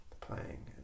playing